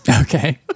okay